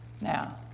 Now